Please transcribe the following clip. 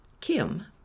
Kim